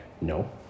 No